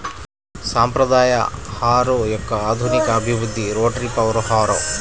సాంప్రదాయ హారో యొక్క ఆధునిక అభివృద్ధి రోటరీ పవర్ హారో